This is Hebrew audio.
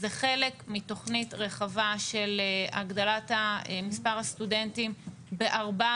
זה חלק מתוכנית רחבה של הגדלת מספר הסטודנטים ב-400